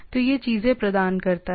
तो यह चीजें प्रदान करता है